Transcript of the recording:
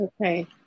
Okay